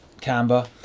camber